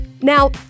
Now